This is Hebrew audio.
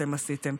אתם עשיתם,